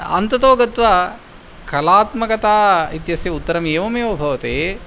अन्ततो गत्वा कलात्मकता इत्यस्य उत्तरम् एवमेव भवति